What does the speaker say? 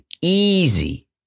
easy